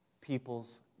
people's